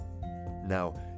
Now